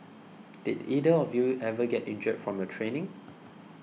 did either of you ever get injured from your training